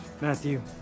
Matthew